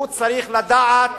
צריך לדעת